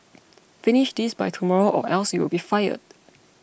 finish this by tomorrow or else you'll be fired